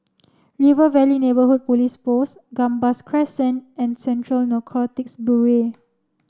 River Valley Neighbourhood Police Post Gambas Crescent and Central Narcotics Bureau